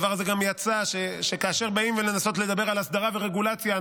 מהדבר הזה גם יצא שכאשר באים לנסות לדבר על הסדרה ורגולציה,